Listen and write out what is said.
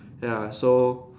ya so